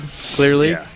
clearly